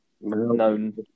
known